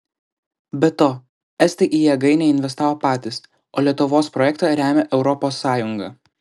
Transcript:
be to estai į jėgainę investavo patys o lietuvos projektą remia europos sąjunga